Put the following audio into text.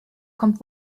kommt